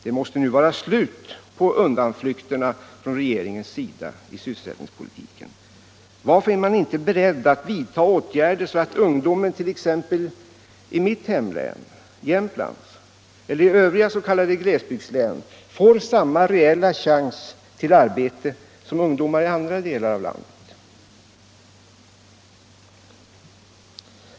Det måste nu vara slut på undanflykterna från regeringens sida i sysselsättningspolitiken. Varför är man nu inte beredd att vidta åtgärder så att ungdomen, t.ex. i mitt hemlän Jämtland eller i övriga s.k. glesbygdslän, får samma reella chans till arbete som ungdomar i andra delar av landet?